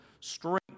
strength